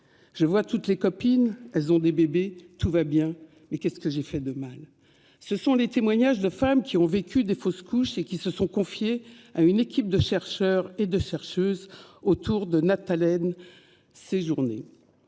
Je vois toutes les copines, elles ont des bébés, tout va bien, qu'est-ce que j'ai fait de mal ?» Ce sont là les témoignages de femmes qui ont vécu des fausses couches et qui se sont confiées à une équipe de chercheurs et de chercheuses autour de Natalène Séjourné.